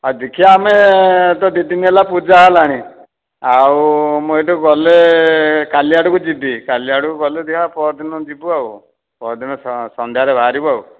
ହଉ ଦେଖିଆ ଆମେ ତ ଦୁଇଦିନ ହେଲା ପୂଜା ହେଲାଣି ଆଉ ମୁଁ ଏହିଠୁ ଗଲେ କାଲି ଆଡ଼କୁ ଯିବି କାଲି ଆଡ଼କୁ ଗଲେ ଦେଖିଆ ପହରଦିନ ଯିବୁ ଆଉ ପହରଦିନ ସନ୍ଧ୍ୟା ରେ ବାହାରିବୁ ଆଉ